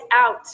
out